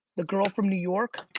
the girl from new york,